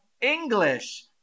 English